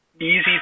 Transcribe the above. easy